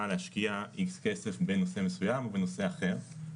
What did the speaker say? להשקיע X כסף בנושא מסוים או בנושא אחר".